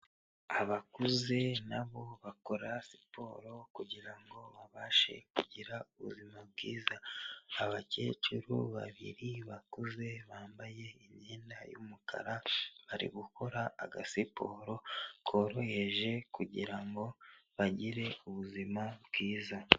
Abakuze nabo bakora siporo kugira ngo babashe kugira ubuzima bwiza, abakecuru babiri bakuze bambaye imyenda y'umukara bari gukora agasiporo koroheje kugira ngo bagire ubuzima bwiza.